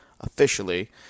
officially